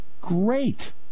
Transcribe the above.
great